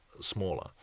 smaller